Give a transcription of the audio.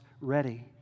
ready